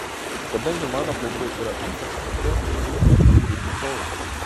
kadangi mano plaukai yra ypač trumpi klipui puikiai tikau